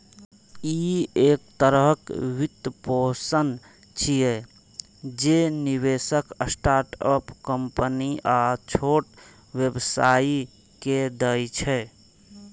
ई एक तरहक वित्तपोषण छियै, जे निवेशक स्टार्टअप कंपनी आ छोट व्यवसायी कें दै छै